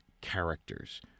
characters